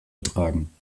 betragen